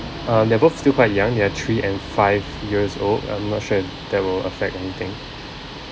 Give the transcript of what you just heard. um they're both still quite young they're three and five years old I'm not sure if that will affect anything